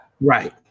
Right